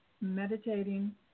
meditating